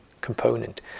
component